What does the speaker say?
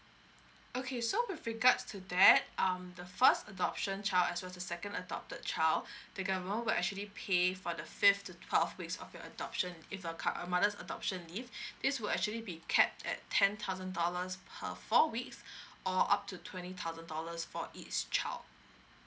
okay so with regards to that um the first adoption child as well as the second adopted child the government will actually pay for the fifth to twelve weeks of your adoption if a cou~ a mother's adoption leave this will actually be capped at ten thousand dollars per four weeks or up to twenty thousand dollars for each child